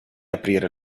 aprire